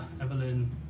Evelyn